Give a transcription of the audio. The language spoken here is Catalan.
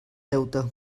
deute